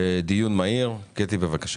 דיון מהיר, קטי בבקשה.